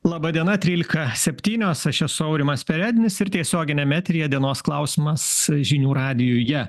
laba diena trylika septynios aš esu aurimas perednis ir tiesioginiam eteryje dienos klausimas žinių radijuje